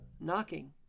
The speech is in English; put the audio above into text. knocking